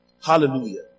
Hallelujah